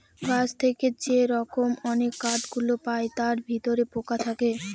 গাছ থেকে যে রকম অনেক কাঠ গুলো পায় তার ভিতরে পোকা থাকে